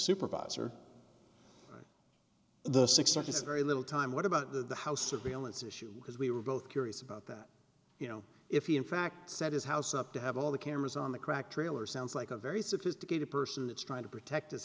supervisor the six are just very little time what about the house surveillance issue because we were both curious about that you know if he in fact said his house up to have all the cameras on the crack trailer sounds like a very sophisticated person that's trying to protect